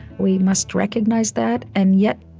we must recognize that, and yet,